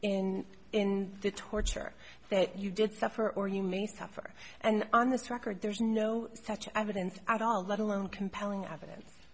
in in the torture that you did suffer or you may suffer and on this record there's no such evidence at all let alone compelling evidence